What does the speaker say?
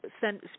send